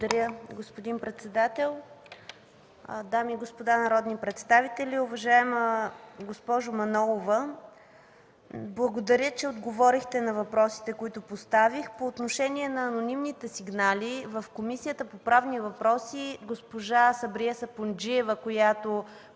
Благодаря, господин председател. Дами и господа народни представители! Уважаема госпожо Манолова, благодаря, че отговорихте на въпросите, които поставих. По отношение на анонимните сигнали в Комисията по правни въпроси, госпожа Сабрие Сапунджиева, която